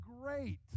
great